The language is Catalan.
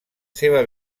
seva